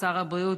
שר הבריאות,